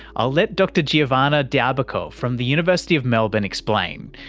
i'll let dr giovanna d'abaco from the university of melbourne explain.